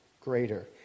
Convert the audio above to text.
greater